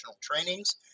trainings